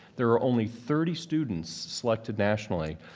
there are only thirty students selected nationally.